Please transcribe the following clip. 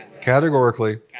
categorically